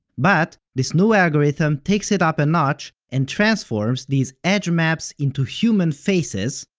but this new algorithm takes it up a notch, and transforms these edge maps into human faces,